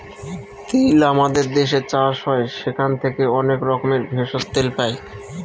তিল আমাদের দেশে চাষ হয় সেখান থেকে অনেক রকমের ভেষজ, তেল পাই